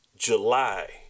July